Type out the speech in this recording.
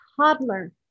toddler